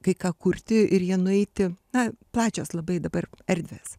kai ką kurti ir jie nueiti na plačios labai dabar erdvės